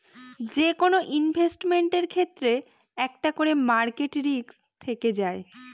যেকোনো ইনভেস্টমেন্টের ক্ষেত্রে একটা করে মার্কেট রিস্ক থেকে যায়